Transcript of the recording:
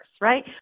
right